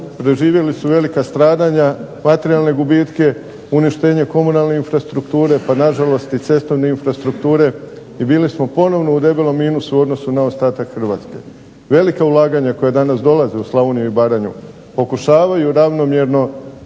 proživjeli su velika stradanja, materijalne gubitke, uništenje komunalne infrastrukture, i bili smo ponovno u debelom minusu u odnosu na ostatak Hrvatske. Velika ulaganja koja danas dolaze u Slavoniju i Baranju pokušavaju ravnomjerno